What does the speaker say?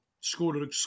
Scored